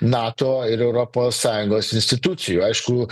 nato ir europos sąjungos institucijų aišku